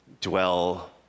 dwell